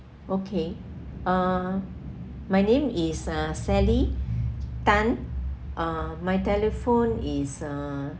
okay uh my name is uh sally tan uh my telephone is uh